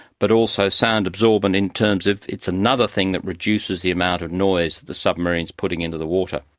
but also sound absorbent in terms of it's another thing that reduces the amount of noise the submarine is putting into the water.